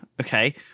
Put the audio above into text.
okay